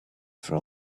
for